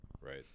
right